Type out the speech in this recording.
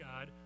God